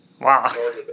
Wow